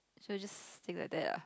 so it just stick like that ah